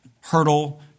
Hurdle